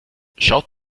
schaut